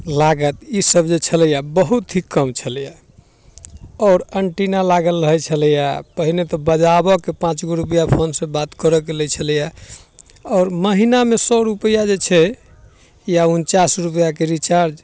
लागत ईसब जे छलैए बहुत ही कम छलैए आओर एन्टिना लागल रहै छलैए पहिने तऽ बजाबऽके पाँचगो रुपैआ बात करऽके लै छलैए आओर महिनामे सौ रुपैआ जे छै या उनचास रुपैआके रिचार्ज